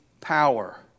power